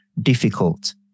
difficult